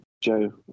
Joe